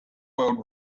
world